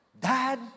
dad